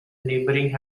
neighbouring